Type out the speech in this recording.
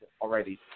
already